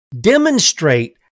demonstrate